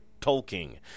Tolkien